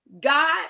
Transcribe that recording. God